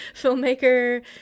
Filmmaker